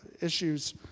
issues